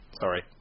Sorry